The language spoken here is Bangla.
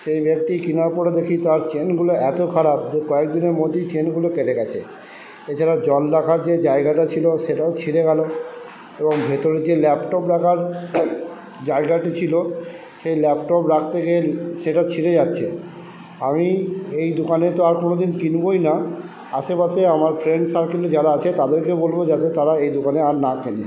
সেই ব্যাগটি কেনার পরে দেখি তার চেনগুলো এতো খারাপ যে কয়েক দিনের মধ্যেই চেনগুলো কেটে গেছে এছাড়া জল রাখার যে জায়গাটা ছিলো সেটাও ছিঁড়ে গেলো এবং ভেতরে যে ল্যাপটপ রাখার জায়গাটি ছিলো সেই ল্যাপটপ রাখতে গিয়ে সেটা ছিঁড়ে যাচ্ছে আমি এই দোকানে তো আর কোনো দিন কিনবোই না আশেপাশে আমার ফ্রেন্ড সার্কেলে যারা আছে তাদেরকে বলবো যাতে তারা এই দোকানে আর না কেনে